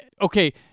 okay